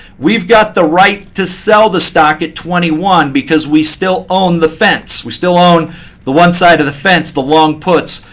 we've got the right to sell the stock at twenty one, because we still on the fence. we still own the one side of the fence, the long puts,